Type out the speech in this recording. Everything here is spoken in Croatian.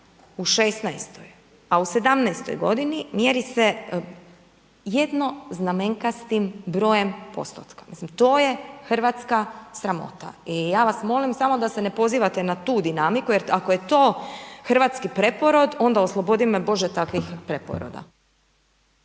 sedamnaestoj godini mjeri se jednoznamenkastim brojem postotka. Mislim to je hrvatska sramota. I ja vas molim samo da se ne pozivate na tu dinamiku, jer ako je to hrvatski preporod, onda oslobodi me Bože takvih preporoda.